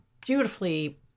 beautifully